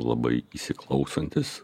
labai įsiklausantis